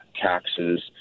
taxes